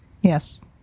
Yes